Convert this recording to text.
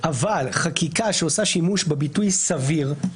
איך לעשות שימוש בעילת הסבירות.